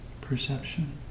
perception